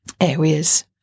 areas